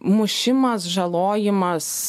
mušimas žalojimas